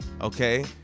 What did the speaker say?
okay